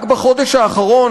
רק בחודש האחרון,